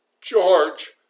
George